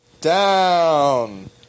down